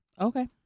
Okay